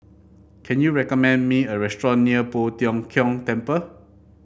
can you recommend me a restaurant near Poh Tiong Kiong Temple